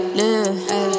live